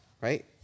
Right